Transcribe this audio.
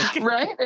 right